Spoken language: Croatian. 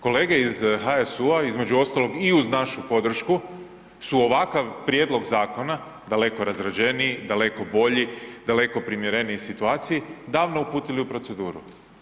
Kolege iz HSU-a između ostalog i uz našu podršku su ovakav prijedlog zakona, daleko razrađeniji, daleko bolji, daleko primjereniji situaciji davno uputili u proceduru.